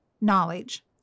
knowledge